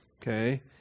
okay